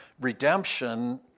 Redemption